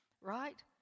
right